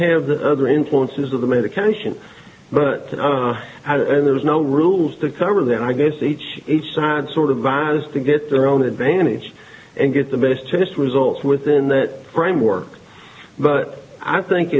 have the other influences of the medication but there's no rules to cover that i guess each each side sort of virus to get their own advantage and get the best test results within that framework but i think